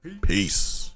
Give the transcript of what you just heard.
Peace